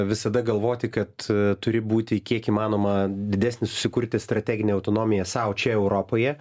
visada galvoti kad turi būti kiek įmanoma didesnis susikurti strateginę autonomiją sau čia europoje